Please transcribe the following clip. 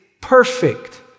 perfect